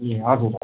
ए हजुर भन्नुहोस्